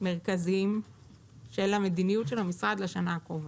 מרכזיים של מדיניות המשרד לשנה הקרובה.